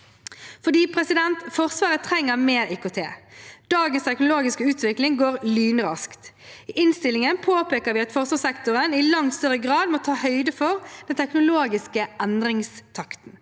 Forsvaret. Forsvaret trenger mer IKT. Dagens teknologiske utvikling går lynraskt. I innstillingen påpeker vi at forsvarssektoren i langt større grad må ta høyde for den teknologiske endringstakten.